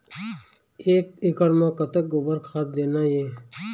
एक एकड़ म कतक गोबर खाद देना ये?